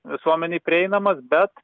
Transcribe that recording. visuomenei prieinamas bet